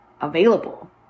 available